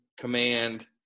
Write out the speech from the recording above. command